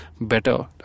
better